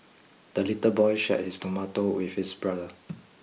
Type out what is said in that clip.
the little boy shared his tomato with his brother